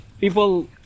People